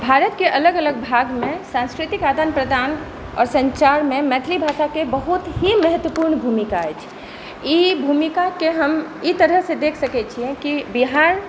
भारतके अलग अलग भागमे सांस्कृतिक आदान प्रदान आओर सञ्चारमे मैथिली भाषाके बहुत ही महत्वपूर्ण भूमिका अछि ई भूमिकाके हम एहि तरहसँ देख सकय छिए कि बिहार